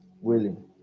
willing